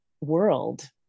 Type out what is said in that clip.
world